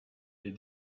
les